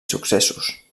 successos